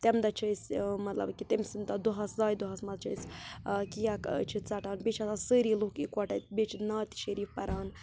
تَمہِ دۄہ چھِ أسۍ مطلب کہِ تٔمۍ سٕنٛدۍ تَتھ دۄہَس زایہِ دۄہَس منٛز چھِ أسۍ کیک چھِ ژَٹان بیٚیہِ چھِ آسان سٲری لُکھ یِکوَٹَے بیٚیہِ چھِ نعتِ شریٖف پَران